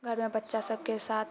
घरमे बच्चा सबके साथ